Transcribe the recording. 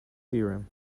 theorem